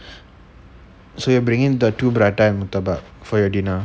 so you bringing the two prata and murtabak for your dinner